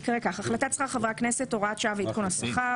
"החלטת שכר חברי הכנסת (הוראת שעה ועדכון השכר),